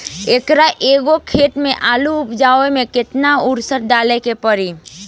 एक एकड़ खेत मे आलू उपजावे मे केतना उर्वरक डाले के पड़ी?